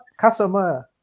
customer